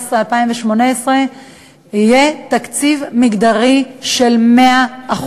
2017 2018 יהיה תקציב מגדרי של 100%,